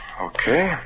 Okay